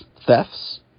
thefts